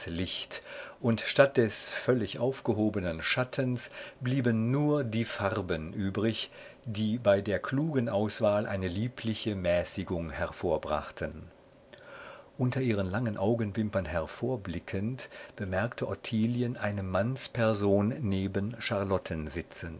licht und statt des völlig aufgehobenen schattens blieben nur die farben übrig die bei der klugen auswahl eine liebliche mäßigung hervorbrachten unter ihren langen augenwimpern hervorblickend bemerkte ottilie eine mannsperson neben charlotten sitzend